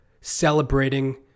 celebrating